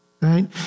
right